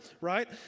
right